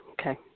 Okay